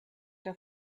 der